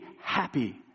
happy